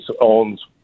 owns